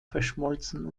verschmolzen